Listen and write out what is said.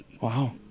wow